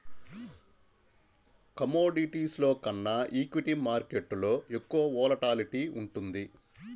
కమోడిటీస్లో కన్నా ఈక్విటీ మార్కెట్టులో ఎక్కువ వోలటాలిటీ ఉంటుంది